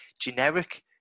generic